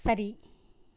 சரி